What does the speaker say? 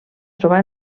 trobar